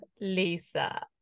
lisa